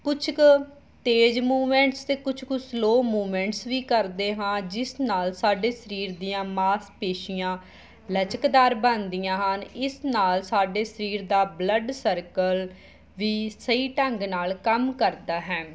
ਕੁਛ ਕੁ ਤੇਜ਼ ਮੂਵਮੈਂਟਸ ਅਤੇ ਕੁਛ ਕੁ ਸਲੋ ਮੂਮੈਂਟਸ ਵੀ ਕਰਦੇ ਹਾਂ ਜਿਸ ਨਾਲ ਸਾਡੇ ਸਰੀਰ ਦੀਆਂ ਮਾਸਪੇਸ਼ੀਆਂ ਲਚਕਦਾਰ ਬਣਦੀਆਂ ਹਨ ਇਸ ਨਾਲ ਸਾਡੇ ਸਰੀਰ ਦਾ ਬਲੱਡ ਸਰਕਲ ਵੀ ਸਹੀ ਢੰਗ ਨਾਲ ਕੰਮ ਕਰਦਾ ਹੈ